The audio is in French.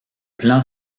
plan